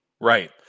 Right